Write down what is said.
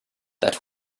that